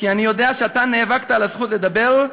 כי "אני יודע שאתה נאבקת על זכות לדבר,